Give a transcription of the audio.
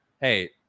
hey